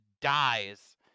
dies